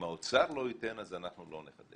אם האוצר לא ייתן אז אנחנו לא נחדש.